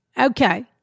Okay